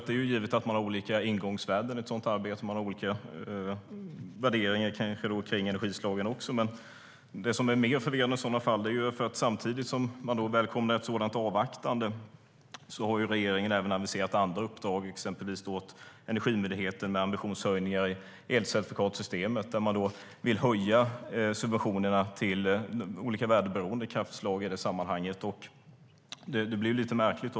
Det är givet att man har olika ingångsvärden i ett sådant arbete och kanske också olika värderingar av energislagen. Det blir då lite märkligt.